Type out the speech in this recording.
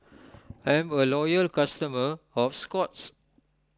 I'm a loyal customer of Scott's